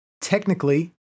technically